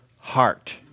heart